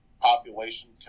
population